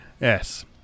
yes